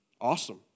Awesome